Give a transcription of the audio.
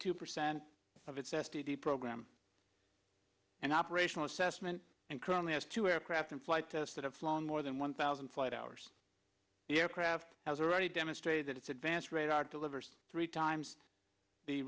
two percent of its s t d program and operational assessment and currently has two aircraft in flight test that have flown more than one thousand flight hours the aircraft has already demonstrated that its advanced radar delivers three times the